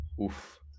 oof